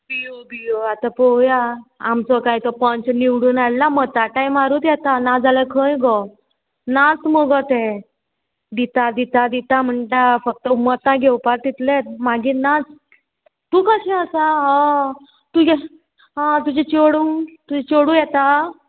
बियो बियो आतां पोवया आमचो काय पंच निवडून हाडला मतां टायमारूत येता नाजाल्या खंय गो नाच मगो ते दिता दिता दिता म्हणटा फक्त मतां घेवपा तितले मागीर नाच तूं कशें आसा हय तुजें आ तुजें चेडूं तुजें चेडूं येता